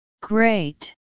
Great